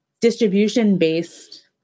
distribution-based